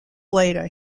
later